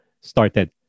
started